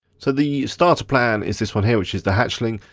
so the starter plan is this one here, which is the hatchling,